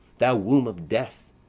thou womb of death,